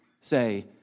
say